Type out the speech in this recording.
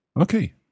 Okay